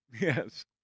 Yes